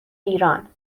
ایران